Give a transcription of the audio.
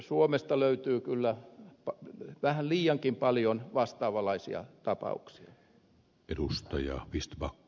suomesta löytyy kyllä vähän liiankin paljon vastaavanlaisia tapauksia